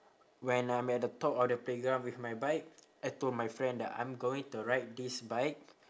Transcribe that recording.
when I'm at the top of the playground with my bike I told my friend that I'm going to ride this bike